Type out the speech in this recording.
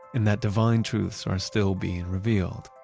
and that divine truths are still being revealed.